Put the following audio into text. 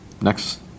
next